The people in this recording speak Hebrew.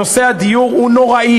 נושא הדיור הוא נורא.